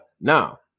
Now